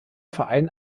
verein